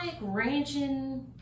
ranching